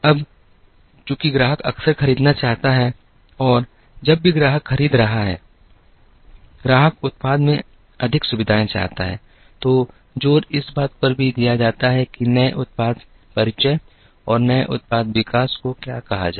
अब चूंकि ग्राहक अक्सर खरीदना चाहता है और जब भी ग्राहक खरीद रहा है ग्राहक उत्पाद में अधिक सुविधाएँ चाहता है तो जोर इस बात पर भी दिया जाता है कि नए उत्पाद परिचय और नए उत्पाद विकास को क्या कहा जाए